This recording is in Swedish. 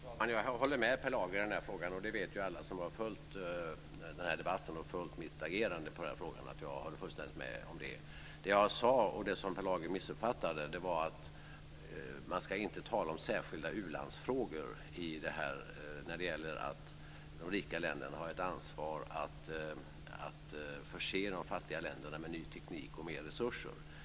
Herr talman! Jag håller med Per Lager i den här frågan - det vet alla som har följt debatten och mitt agerande i frågan. Jag håller fullständigt med om det här. Det jag sade - och det som Per Lager missuppfattade - var att man inte ska tala om särskilda ulandsfrågor när det gäller att de rika länderna har ett ansvar för att förse de fattiga länderna med ny teknik och mer resurser.